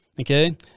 okay